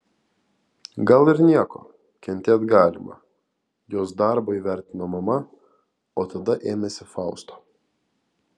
gal ir nieko kentėt galima jos darbą įvertino mama o tada ėmėsi fausto